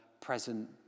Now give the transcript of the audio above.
present